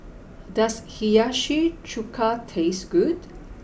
does Hiyashi Chuka taste good